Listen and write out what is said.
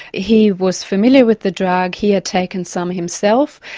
he was familiar with the drug, he had taken some himself,